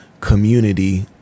community